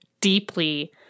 deeply